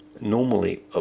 Normally